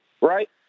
right